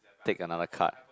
take another card